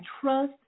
trust